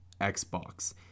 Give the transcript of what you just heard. Xbox